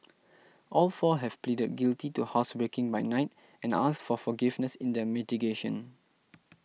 all four have pleaded guilty to housebreaking by night and asked for forgiveness in their mitigation